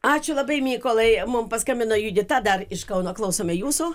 ačiū labai mykolai mum paskambino judita dar iš kauno klausome jūsų